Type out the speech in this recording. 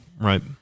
right